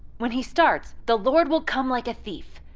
when he starts, the lord will come like a thief,